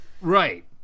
Right